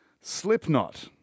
Slipknot